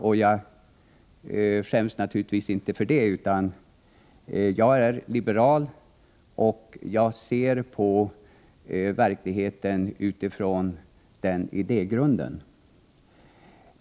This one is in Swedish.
Och jag skäms naturligtvis inte för den hemvisten — jag är liberal, och jag ser på verkligheten utifrån den idégrunden.